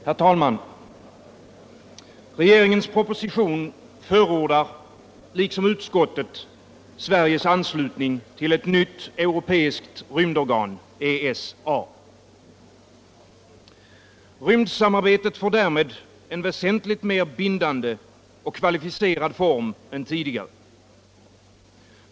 Herr talman! Regeringens proposition liksom utskottet förordar Sveriges anslutning till ett nytt europeiskt rymdorgan, ESA. Rymdsamarbetet får därmed en väsentligt mer bindande och kvalificerad form än tidigare.